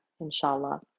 inshallah